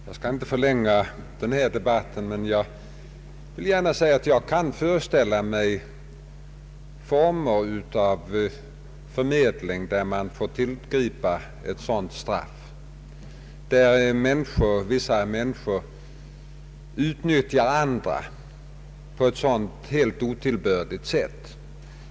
Herr talman! Jag skall inte förlänga denna debatt, men jag vill gärna säga att jag kan föreställa mig former av förmedling, mot vilka man får tillgripa ett sådant straff, när vissa människor utnyttjar andra på ett helt otillbörligt sätt.